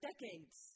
decades